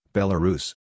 Belarus